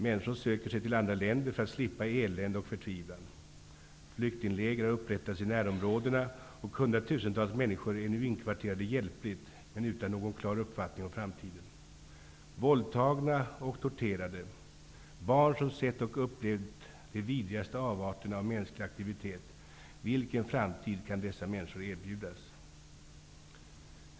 Människor söker sig till andra länder för att slippa elände och förtvivlan. Flyktingläger har upprättats i närområdena, och hundratusentals människor är nu inkvarterade hjälpligt men utan någon klar uppfattning om framtiden. Våldtagna och torterade, barn som sett och upplevt de vidrigaste avarterna av mänsklig aktivitet -- vilken framtid kan dessa människor erbjudas?